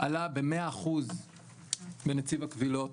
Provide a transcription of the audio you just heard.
עלה ב-100 אחוזים לנציבות הקבילות.